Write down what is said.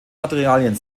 materialien